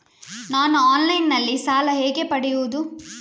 ನಾನು ಆನ್ಲೈನ್ನಲ್ಲಿ ಸಾಲ ಹೇಗೆ ಪಡೆಯುವುದು?